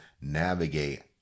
navigate